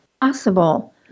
possible